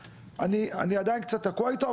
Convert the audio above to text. אני עדיין קצת תקוע איתו,